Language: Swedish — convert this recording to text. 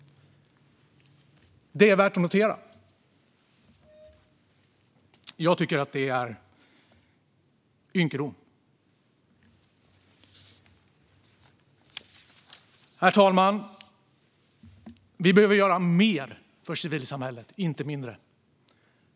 Det är värt att notera. Jag tycker att det är ynkedom. Herr talman! Vi behöver göra mer för civilsamhället, inte mindre.